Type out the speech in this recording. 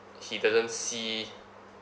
he doesn't see